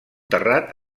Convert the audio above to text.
terrat